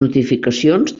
notificacions